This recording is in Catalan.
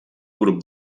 grup